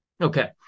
Okay